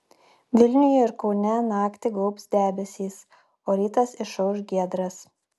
vilniuje ir kaune naktį gaubs debesys o rytas išauš giedras